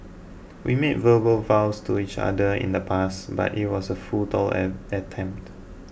we made verbal vows to each other in the past but it was a futile attempt